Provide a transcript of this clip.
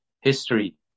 history